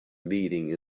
leading